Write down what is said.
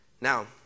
Now